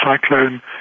cyclone